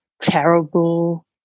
terrible